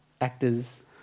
Actors